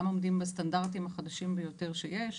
גם עומדים בסטנדרטים החדשים ביותר שיש,